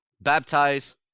baptize